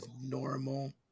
normal